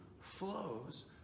flows